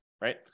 right